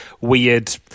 weird